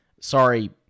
sorry